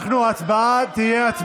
ההצבעה תהיה,